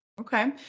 Okay